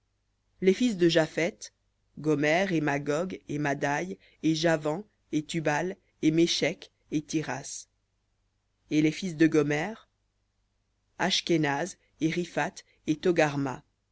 les fils de japheth gomer et magog et madaï et javan et tubal et méshec et t et les fils de gomer ashkenaz et riphath et